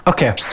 Okay